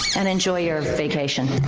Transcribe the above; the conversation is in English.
and enjoy your vacation.